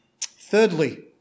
Thirdly